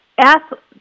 athletes